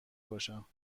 باشم